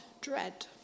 dread